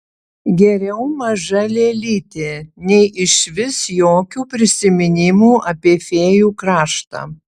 geriau maža lėlytė nei išvis jokių prisiminimų apie fėjų kraštą